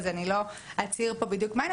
אז אני לא אצהיר פה בדיוק מה הן,